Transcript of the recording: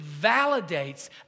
validates